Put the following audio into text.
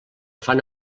fan